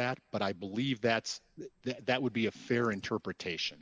that but i believe that's the that would be a fair interpretation